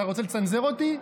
אתה רוצה לצנזר אותי?